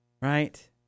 right